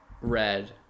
Red